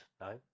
No